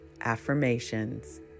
affirmations